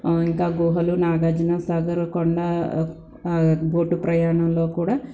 ఇంకా గుహలు నాగార్జున సాగర్ కొండ బోటు ప్రయాణంలో కూడా